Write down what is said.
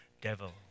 devil